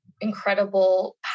incredible